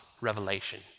revelation